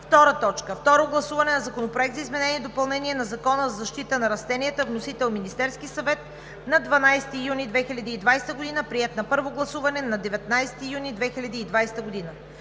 Второ гласуване на Законопроекта за изменение и допълнение на Закона за защита на растенията. Вносител – Министерският съвет, 12 юни 2020 г. Приет на първо гласуване на 19 юни 2020 г.